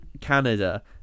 canada